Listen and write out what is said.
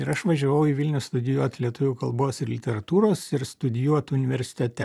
ir aš važiavau į vilnių studijuot lietuvių kalbos ir literatūros ir studijuot universitete